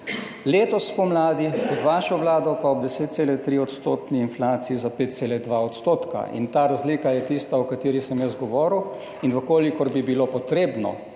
letos spomladi pod vašo vlado pa ob 10,3-odstotni inflaciji za 5,2 %? In ta razlika je tista, o kateri sem jaz govoril. V kolikor bi bilo potrebno